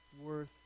worth